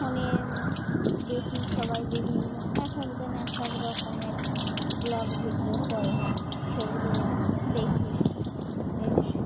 ফোনে দেখি সবাই বিভিন্ন এক একজন এক এক রকমের ব্লগ ভিডিও করে সেগুলো দেখি বেশ